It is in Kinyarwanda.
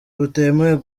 butemewe